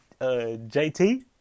JT